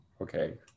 Okay